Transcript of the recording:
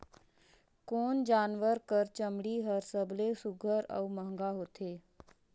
कोन जानवर कर चमड़ी हर सबले सुघ्घर और महंगा होथे?